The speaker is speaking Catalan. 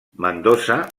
mendoza